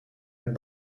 het